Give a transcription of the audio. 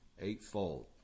eightfold